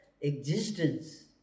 existence